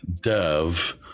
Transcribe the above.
dev